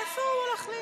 איפה הוא הלך לאיבוד?